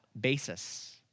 basis